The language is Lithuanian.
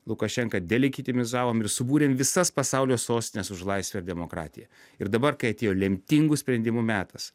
lukašenką delikitimizavom ir subūrėm visas pasaulio sostines už laisvę ir demokratiją ir dabar kai atėjo lemtingų sprendimų metas